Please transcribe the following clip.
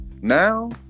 Now